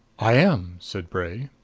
i am, said bray.